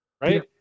right